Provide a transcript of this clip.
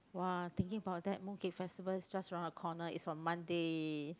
!wah! thinking bout that Mooncake Festival is just around the corner it's on Monday